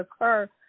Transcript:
occur